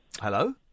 Hello